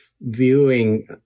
viewing